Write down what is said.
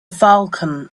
falcon